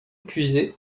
accusé